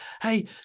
Hey